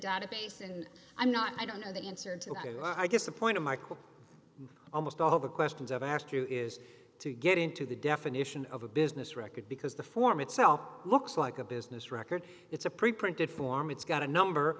database and i'm not i don't know the answer to i guess the point of michael almost all the questions i've asked you is to get into the definition of a business record because the form itself looks like a business record it's a preprinted form it's got a number